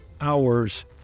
hours